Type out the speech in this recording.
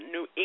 New